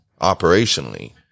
operationally